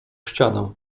ścianę